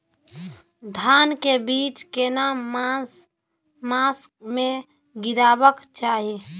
धान के बीज केना मास में गीरावक चाही?